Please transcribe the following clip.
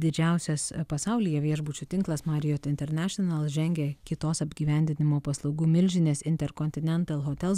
didžiausias pasaulyje viešbučių tinklas marriott international žengia kitos apgyvendinimo paslaugų milžinės inter continental hotels